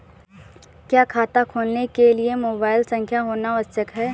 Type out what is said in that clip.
क्या खाता खोलने के लिए मोबाइल संख्या होना आवश्यक है?